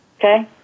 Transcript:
Okay